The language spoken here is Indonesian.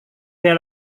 dia